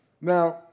Now